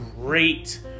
great